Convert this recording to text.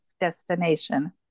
destination